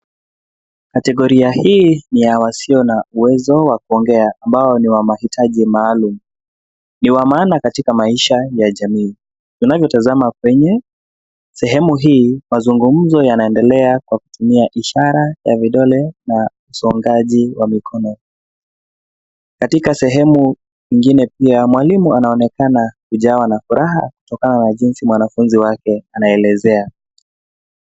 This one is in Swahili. Kategoria hii na ya wasio na uwezo wa kuongea ambao ni wa mahitaji maalum. Ni wa maana katika maisha ya jamii. Tunavyotazama kwenye sehemu hii mazungumzo yanaendelea kwa kutumia ishara ya vidole na usongaji wa mikono. Katika sehemu ingine pia mwalimu anaonekana kujawa na furaha kutokana na jinsi mwanafunzi wake anaelezea.